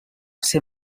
ser